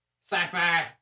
Sci-fi